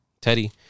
Teddy